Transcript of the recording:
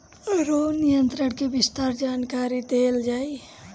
रोग नियंत्रण के विस्तार जानकरी देल जाई?